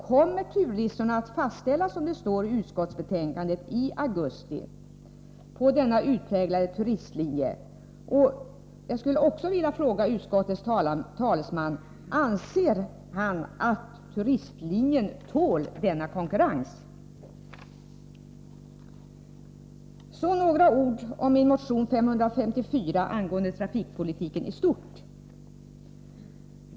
Kommer turlistorna på denna utpräglade turistlinje att fastställas i augusti, så som det står i utskottsbetänkandet? Jag skulle också vilja fråga utskottets talesman: Anser han att turistlinjen tål denna konkurrens? Så några ord om min motion 554 angående trafikpolitiken i stort.